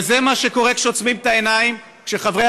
וזה מה שקורה כשעוצמים את העיניים כשחברי